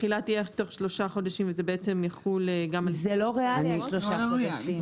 התחילה תהיה תוך שלושה חודשים וזה בעצם יחול גם על --- שלושה חודשים,